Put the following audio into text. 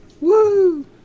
Woo